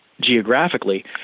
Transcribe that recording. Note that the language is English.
geographically